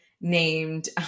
named